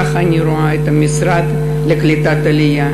ככה אני רואה את המשרד לקליטת העלייה,